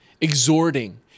exhorting